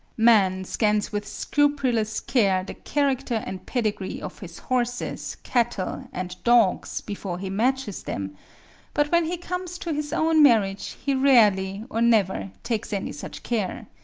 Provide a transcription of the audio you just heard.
man scans with scrupulous care the character and pedigree of his horses, cattle, and dogs before he matches them but when he comes to his own marriage he rarely, or never, takes any such care.